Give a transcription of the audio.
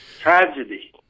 Tragedy